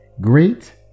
Great